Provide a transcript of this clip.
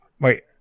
Wait